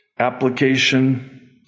Application